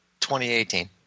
2018